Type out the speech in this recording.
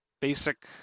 basic